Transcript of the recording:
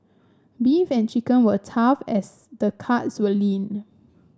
beef and chicken were tough as the cuts were lean